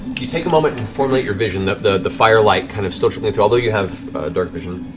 you take a moment and formulate your vision, the firelight kind of still trickling through, although you have darkvision.